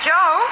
Joe